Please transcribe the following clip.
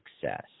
success